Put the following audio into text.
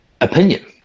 opinion